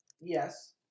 Yes